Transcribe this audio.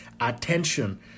attention